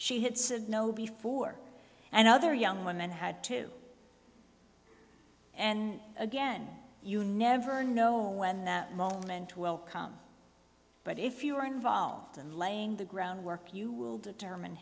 she had said no before and other young women had to and again you never know when that moment well come but if you were involved in laying the groundwork you will determine